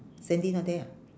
sandy not there ah